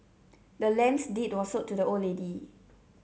the land's deed was sold to the old lady